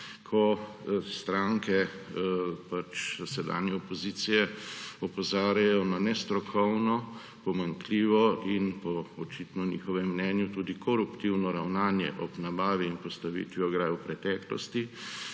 Ko stranke sedanje opozicije opozarjajo na nestrokovno, pomanjkljivo in, po očitno njihovem mnenju, tudi koruptivno ravnanje ob nabavi in postavitvi ograj v preteklosti,